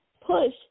push